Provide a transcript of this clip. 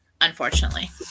unfortunately